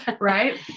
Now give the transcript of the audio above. right